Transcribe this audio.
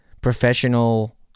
professional